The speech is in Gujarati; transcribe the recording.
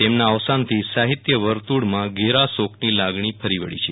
તેમના અવસાન થી સાહિત્ય વર્તુળમાં ઘેરા શોકની લાગણી ફરી વળી છે